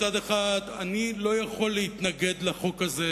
מצד אחד אני לא יכול להתנגד לחוק הזה,